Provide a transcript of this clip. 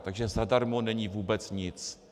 Takže zadarmo není vůbec nic.